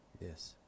Yes